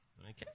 Okay